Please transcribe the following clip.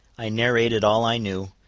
i narrated all i knew,